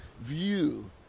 view